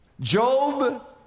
Job